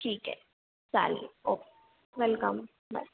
ठीक आहे चालेल ओक् वेलकम बाय